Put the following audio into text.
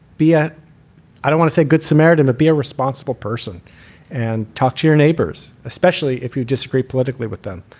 be a i don't want to say good samaritan to be a responsible person and talk to your neighbors, especially if you disagree politically with them,